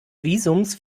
visums